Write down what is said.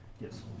Yes